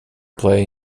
play